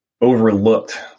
overlooked